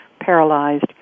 paralyzed